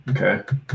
okay